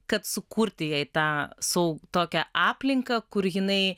kad sukurti jai tą sau tokią aplinką kur jinai